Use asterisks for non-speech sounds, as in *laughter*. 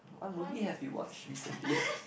what movie have you watched recently *breath*